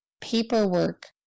paperwork